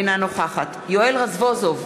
אינה נוכחת יואל רזבוזוב,